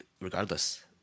Regardless